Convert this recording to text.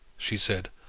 she said,